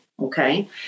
Okay